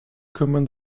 kümmern